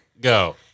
Go